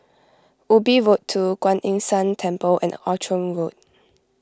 Ubi Road two Kuan Yin San Temple and Outram Road